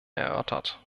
erörtert